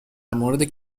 مورد